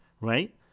right